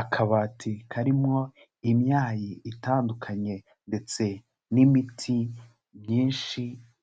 Akabati karimo imyayi itandukanye ndetse n'imiti myinshi